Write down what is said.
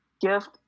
Gift